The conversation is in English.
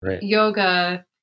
yoga